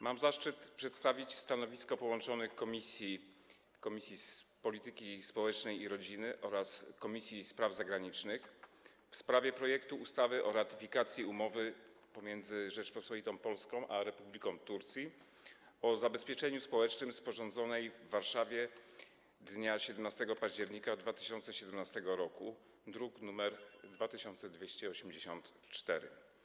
Mam zaszczyt przedstawić stanowisko połączonych komisji: Komisji Polityki Społecznej i Rodziny oraz Komisji Spraw Zagranicznych w sprawie projektu ustawy o ratyfikacji Umowy między Rzecząpospolitą Polską a Republiką Turcji o zabezpieczeniu społecznym, sporządzonej w Warszawie dnia 17 października 2017 r., druk nr 2284.